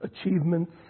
achievements